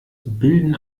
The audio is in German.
bilden